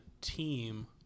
team